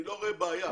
אני לא רואה בעיה,